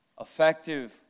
effective